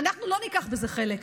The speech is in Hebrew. אנחנו לא ניקח בזה חלק,